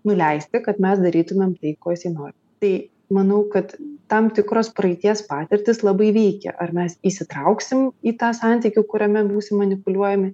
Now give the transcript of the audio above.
nuleisti kad mes darytumėm tai ko jisai nori tai manau kad tam tikros praeities patirtys labai veikia ar mes įsitrauksim į tą santykį kuriame būsim manipuliuojami